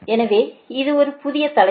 எனவே இது ஒரு புதிய தலைப்பு